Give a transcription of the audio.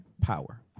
power